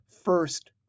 First